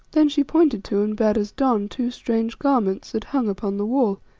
then she pointed to and bade us don, two strange garments that hung upon the wall,